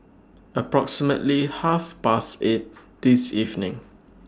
approximately Half Past eight This evening